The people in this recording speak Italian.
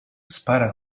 spara